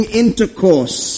intercourse